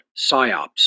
PSYOPs